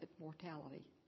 mortality